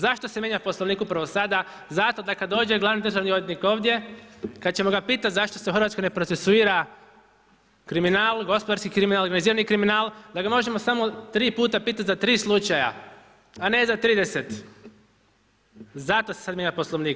Zašto se mijenja Poslovnik upravo sada? zato da kada dođe glavni državni odvjetnik ovdje kada ćemo ga pitati zašto se u Hrvatskoj ne procesuira kriminal, gospodarski kriminal, organizirani kriminal da ga možemo samo tri puta pitati za tri slučaja, a ne za 30 zato se sada mijenja Poslovnik.